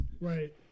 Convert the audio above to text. right